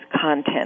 content